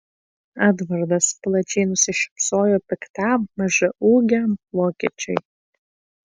edvardas plačiai nusišypsojo piktam mažaūgiam vokiečiui